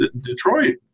Detroit